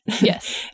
yes